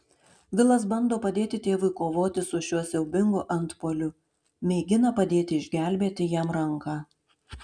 vilas bando padėti tėvui kovoti su šiuo siaubingu antpuoliu mėgina padėti išgelbėti jam ranką